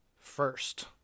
first